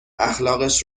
اخلاقش